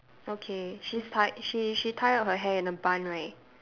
okay she's tied she she tied up her hair in a bun right